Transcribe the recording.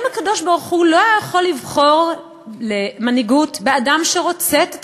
האם הקדוש-ברוך-הוא לא היה יכול לבחור למנהיגות באדם שרוצה את התפקיד?